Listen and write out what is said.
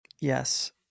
yes